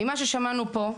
ממה ששמענו פה,